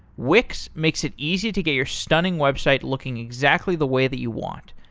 wix makes it easy to get your stunning website looking exactly the way that you want.